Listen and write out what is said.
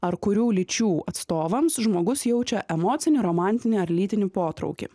ar kurių lyčių atstovams žmogus jaučia emocinį romantinį ar lytinį potraukį